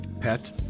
pet